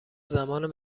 زمان